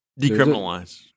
decriminalize